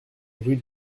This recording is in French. rue